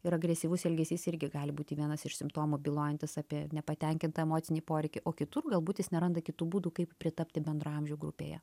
ir agresyvus elgesys irgi gali būti vienas iš simptomų bylojantis apie nepatenkintą emocinį poreikį o kitur galbūt jis neranda kitų būdų kaip pritapti bendraamžių grupėje